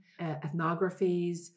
ethnographies